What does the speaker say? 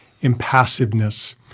impassiveness